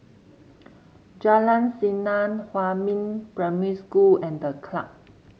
Jalan Senang Huamin Primary School and The Club